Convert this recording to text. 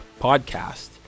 podcast